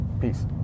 peace